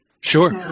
Sure